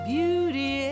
Beauty